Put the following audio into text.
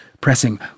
pressing